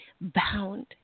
bound